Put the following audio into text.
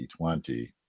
2020